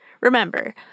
Remember